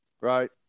Right